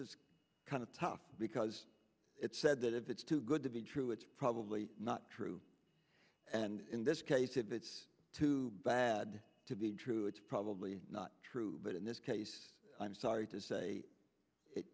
is kind of tough because it's said that if it's too good to be true it's probably not true and in this case if it's too bad to be true it's probably not true but in this case i'm sorry to say it